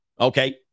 Okay